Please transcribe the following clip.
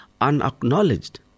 unacknowledged